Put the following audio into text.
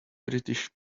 british